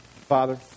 Father